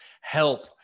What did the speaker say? help